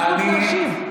יש לך אחר כך זכות להשיב.